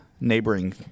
neighboring